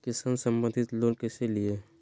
किसान संबंधित लोन कैसै लिये?